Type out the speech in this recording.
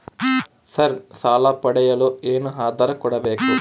Sir ಸಾಲ ಪಡೆಯಲು ಏನು ಆಧಾರ ಕೋಡಬೇಕು?